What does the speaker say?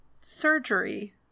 surgery